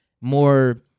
more